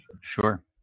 Sure